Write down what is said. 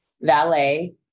valet